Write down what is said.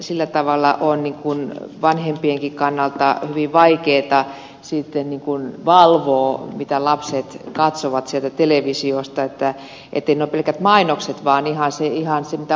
sillä tavalla on vanhempienkin kannalta hyvin vaikeata valvoa mitä lapset katsovat sieltä televisiosta ei noita pelkkiä mainoksia vaan ihan sitä mitä ohjelma sisältää